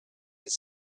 his